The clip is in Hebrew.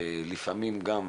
זה לוקח זמן.